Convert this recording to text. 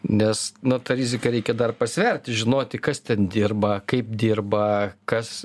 nes nu tą riziką reikia dar pasverti žinoti kas ten dirba kaip dirba kas